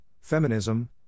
feminism